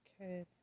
Okay